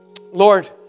Lord